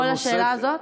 כל השאלה הזאת?